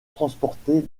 transporter